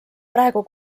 praegu